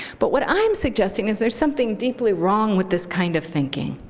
but what i'm suggesting is there something deeply wrong with this kind of thinking.